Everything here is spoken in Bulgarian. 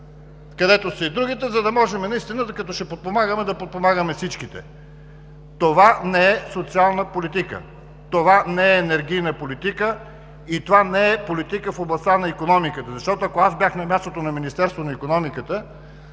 където са и другите, за да можем наистина, като ще подпомагаме, да подпомагаме всичките. Това не е социална политика, това не е енергийна политика и това не е политика в областта на икономиката. Ако аз бях на мястото на Министерството на икономиката,